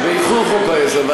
באישור חוק העזר.